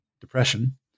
Depression